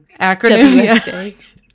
acronym